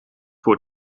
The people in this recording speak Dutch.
voor